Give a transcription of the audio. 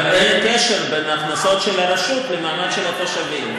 אבל אין קשר בין ההכנסות של הרשות למעמד של התושבים.